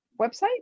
website